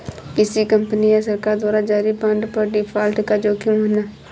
किसी कंपनी या सरकार द्वारा जारी बांड पर डिफ़ॉल्ट का जोखिम होना